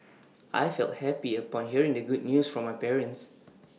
I felt happy upon hearing the good news from my parents